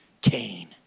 Cain